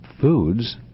Foods